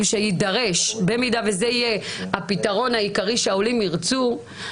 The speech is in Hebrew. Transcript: שיידרש במידה וזה יהיה הפתרון העיקרי שהעולים ירצו,